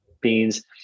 beans